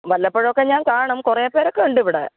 വല്ലപ്പോഴുമൊക്കെ ഞാൻ കാണും കുറേ പേരൊക്കെ ഉണ്ട് ഇവിടെ